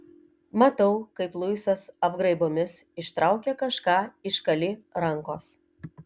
matau kaip luisas apgraibomis ištraukia kažką iš kali rankos